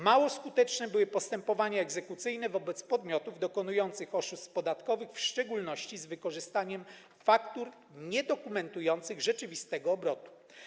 Mało skuteczne były postępowania egzekucyjne wobec podmiotów dokonujących oszustw podatkowych, w szczególności z wykorzystaniem faktur niedokumentujących rzeczywistego obrotu.